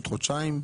עוד חודשיים.